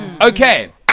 Okay